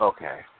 Okay